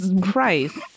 Christ